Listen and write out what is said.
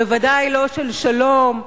בוודאי לא של שלום,